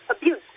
abuse